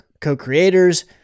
co-creators